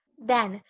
then,